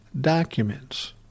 documents